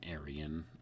Aryan